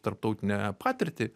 tarptautinę patirtį